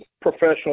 professional